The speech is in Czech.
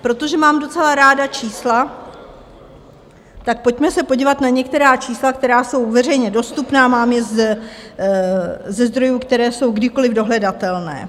Protože mám docela ráda čísla, tak pojďme se podívat na některá čísla, která jsou veřejně dostupná, mám je ze zdrojů, které jsou kdykoliv dohledatelné.